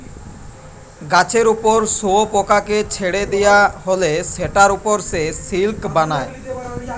গাছের উপর শুয়োপোকাকে ছেড়ে দিয়া হলে সেটার উপর সে সিল্ক বানায়